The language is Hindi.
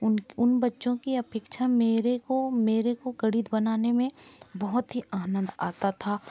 उन बच्चों की अपेक्षा मेरे को मेरे को गणित बनाने में बहुत ही आनंद आता था